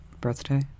birthday